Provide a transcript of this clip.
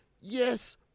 yes